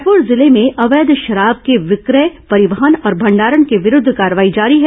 रायपुर जिले में अवैध शराब के विक्रय परिवहन और भंडारण के विरूद्ध कार्रवाई जारी है